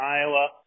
Iowa